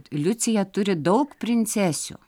liucija turi daug princesių